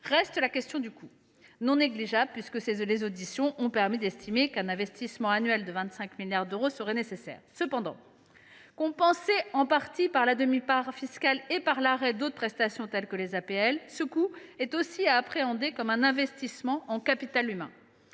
Reste la question du coût, non négligeable, puisque les auditions ont permis d’estimer qu’un investissement annuel de 25 milliards d’euros serait nécessaire. Cependant, compensé en partie par la demi part fiscale et par l’arrêt d’autres prestations telles que les APL, ce coût est aussi à appréhender comme un investissement en capital humain.